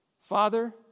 Father